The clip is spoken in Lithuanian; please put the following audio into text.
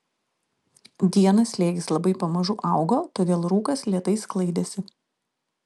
dieną slėgis labai pamažu augo todėl rūkas lėtai sklaidėsi